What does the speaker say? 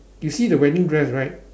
you see the wedding dress right